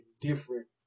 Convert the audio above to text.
different